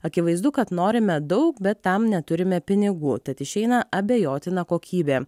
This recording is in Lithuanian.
akivaizdu kad norime daug bet tam neturime pinigų tad išeina abejotina kokybė